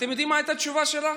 אתם יודעים מה הייתה התשובה שלה?